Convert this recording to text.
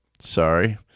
Sorry